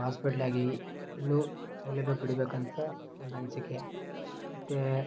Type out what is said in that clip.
ಆಸ್ಪೆಟ್ಲಾಗಲಿ ಇನ್ನೂ ಸೌಲಭ್ಯ ಪಡೀಬೇಕಂತ ಒಂದು ಅನಿಸಿಕೆ ಮತ್ತು